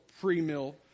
pre-mill